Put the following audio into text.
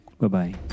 Bye-bye